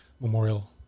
Memorial